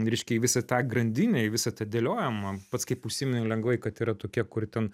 reiškia į visą tą grandinę į visą tą dėliojimą pats kaip užsiminei lengvai kad yra tokie kurie ten